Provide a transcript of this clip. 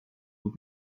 vous